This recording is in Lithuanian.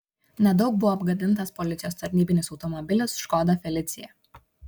nedaug buvo apgadintas policijos tarnybinis automobilis škoda felicia